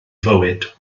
fywyd